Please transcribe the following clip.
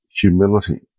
humility